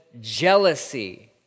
jealousy